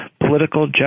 political